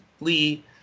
Lee